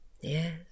Yes